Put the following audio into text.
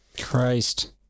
Christ